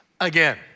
again